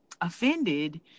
offended